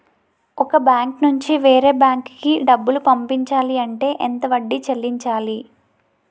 ఒక బ్యాంక్ నుంచి వేరే బ్యాంక్ కి డబ్బులు పంపించాలి అంటే ఎంత వడ్డీ చెల్లించాలి?